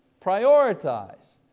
Prioritize